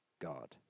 God